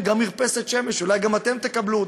מרפסת שמש, אולי גם אתם תקבלו כאת.